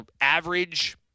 average